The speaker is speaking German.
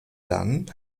dann